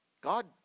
God